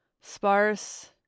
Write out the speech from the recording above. sparse